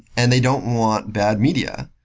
and they don't want bad media.